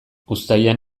uztailean